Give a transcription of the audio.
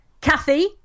Kathy